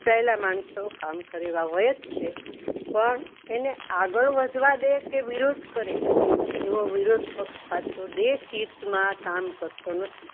ચૂંટાયેલા માણસો કામ કરે એવા હોય જ છે પણ એને આગળ વધવા દે કે વિરોધ કરે એવો વિરોધપક્ષ પાછો દેશહિતમાં કામ કરતો નથી